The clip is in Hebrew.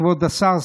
כבוד השר,